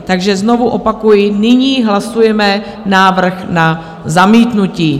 Takže znovu opakuji, nyní hlasujeme návrh na zamítnutí.